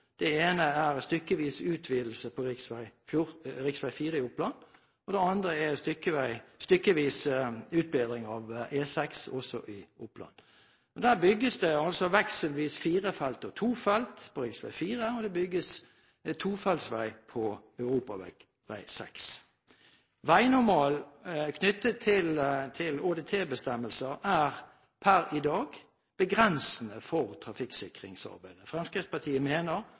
Det ene er stykkevis utvidelse på rv. 4 i Oppland og det andre er stykkevis utbedring av E6, også i Oppland. Der bygges det vekselvis fire felt og to felt på rv. 4, og det bygges to felts vei på E6. Veinormalen knyttet til ÅDT-bestemmelser er per i dag begrensende for trafikksikringsarbeidet. Fremskrittspartiet mener